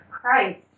Christ